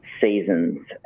seasons